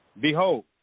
Behold